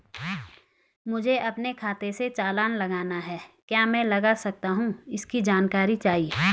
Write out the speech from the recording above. मुझे अपने खाते से चालान लगाना है क्या मैं लगा सकता हूँ इसकी जानकारी चाहिए?